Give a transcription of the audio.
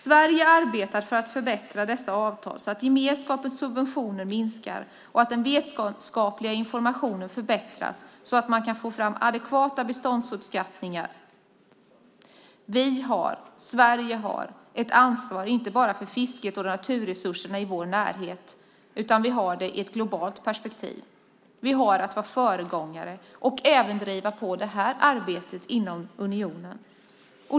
Sverige arbetar för att förbättra dessa avtal så att gemenskapens subventioner minskar och den vetenskapliga informationen förbättras, så att man kan få fram adekvata beståndsuppskattningar. Vi, Sverige, har ett ansvar inte bara för fisket och naturresurserna i vår närhet, utan vi har det i ett globalt perspektiv. Vi har att vara föregångare och även driva på det här arbetet inom unionen.